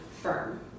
firm